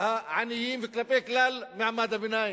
העניים וכלפי כלל מעמד הביניים.